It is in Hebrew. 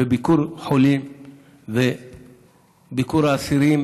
בביקור חולים וביקור אסירים,